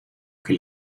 que